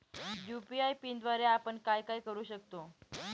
UPI पिनद्वारे आपण काय काय करु शकतो?